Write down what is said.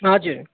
हजुर